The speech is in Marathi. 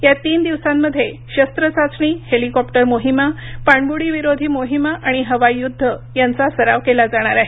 या तीन दिवसांमध्ये शस्त्र चाचणी हेलिकॉप्टर मोहिमा पाणबुडीविरोधी मोहिमा आणि हवाई युद्ध यांचा सराव केला जाणार आहे